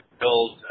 build